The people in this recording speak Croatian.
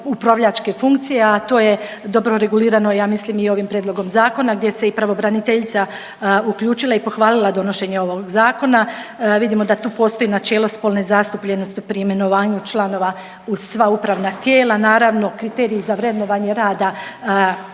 upravljačke funkcije, a to je dobro regulirano i ja mislim ovim Prijedlogom zakona gdje se i pravobraniteljica uključila i pohvalila donošenje ovog Zakona. Vidim da tu postoji načelo spolne zastupljenosti pri imenovanju članova u sva upravna tijela. Naravno, kriteriji za vrednovanje rada